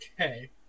Okay